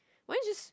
why don't you just